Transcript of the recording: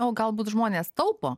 o galbūt žmonės taupo